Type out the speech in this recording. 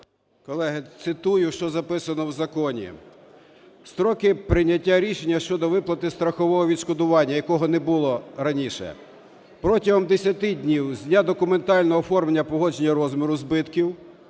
Колеги, цитую, що записано в законі. Строки прийняття рішення щодо виплати страхового відшкодування, якого не було раніше: "Протягом 10 днів з дня документального оформлення погодження розміру збитків,